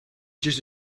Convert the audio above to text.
just